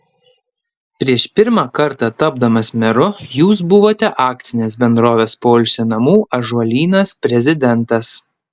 prieš pirmą kartą tapdamas meru jūs buvote akcinės bendrovės poilsio namų ąžuolynas prezidentas